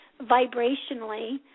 vibrationally